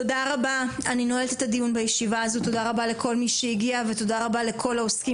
תודה רבה לכל מי שהגיע ולכל העוסקים